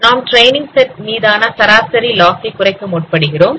நாம் training set மீததான சராசரி லாஸ் ஐ குறைக்க முற்படுகிறோம்